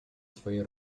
swojej